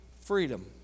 freedom